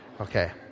Okay